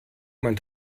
mein